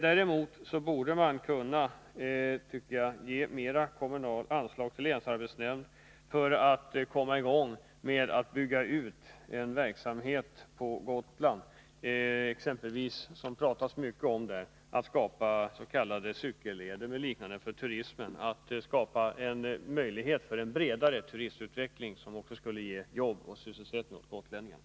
Däremot borde länsarbetsnämnden kunna få större anslag Nr 27 för att komma i gång med utbyggnad av en del verksamhet på Gotland, exempelvis cykelleder för turisterna, som det talats mycket om där. Det behöver skapas möjligheter för en bredare turism, som också skulle ge sysselsättning åt gotlänningarna.